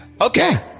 Okay